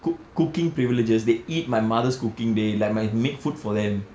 cook cooking privileges they eat my mother's cooking dey like my maid cook food for them